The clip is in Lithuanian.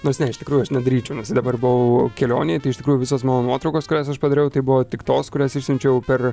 nors ne iš tikrųjų aš nedaryčiau nes dabar buvau kelionėj tai iš tikrųjų visos mano nuotraukos kurias aš padariau tai buvo tik tos kurias išsiunčiau per